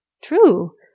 true